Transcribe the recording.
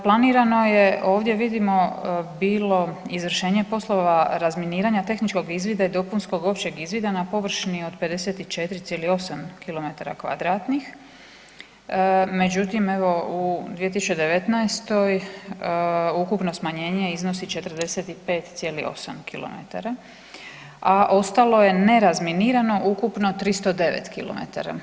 Planirano je ovdje vidimo bilo izvršenje poslova razminiranja, tehničkog izvida i dopunskog općeg izvida na površini od 54,8 km2, međutim evo u 2019.ukupno smanjenje iznosi 45,8 km, a ostalo je nerazminirano ukupno 309 km.